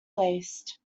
based